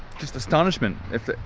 just astonishment, if